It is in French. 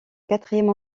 quatrième